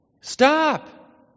Stop